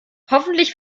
hoffentlich